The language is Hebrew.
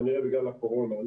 כנראה בגלל הקורונה.